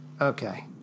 Okay